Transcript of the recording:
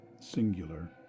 Singular